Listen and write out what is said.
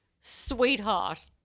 sweetheart